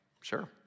sure